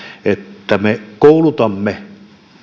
että me koulutamme